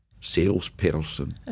salesperson